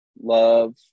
love